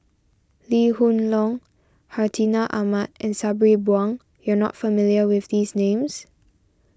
Lee Hoon Leong Hartinah Ahmad and Sabri Buang you are not familiar with these names